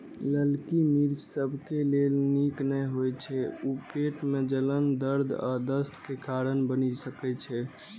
ललकी मिर्च सबके लेल नीक नै होइ छै, ऊ पेट मे जलन, दर्द आ दस्त के कारण बनि सकै छै